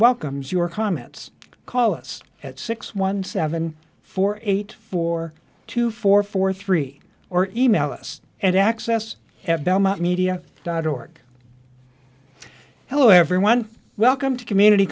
welcomes your comments call us at six one seven four eight four two four four three or email us and access at belmont media dot org hello everyone welcome to community